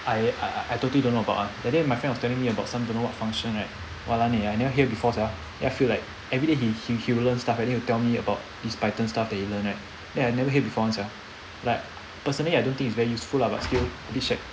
I I I totally don't know about ah that day my friend was telling me about some don't know what function right walan eh I never hear before sia then I feel like everyday he he'll he'll learn stuff and then he'll tell me about this python stuff that he learnt right that I never hear before [one] sia like personally I don't think it's very useful lah but still a bit shag